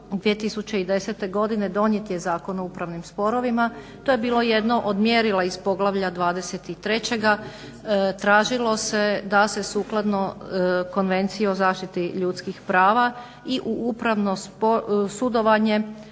2010. godine donijet je Zakon o upravnim sporovima. To je bilo jedno od mjerila iz poglavlja 23, tražilo se da se sukladno Konvenciji o zaštiti ljudskih prava i u upravno sudovanje